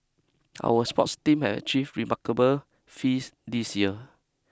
our sports team have achieve remarkable fees this year